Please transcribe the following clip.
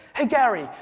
hey gary,